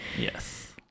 Yes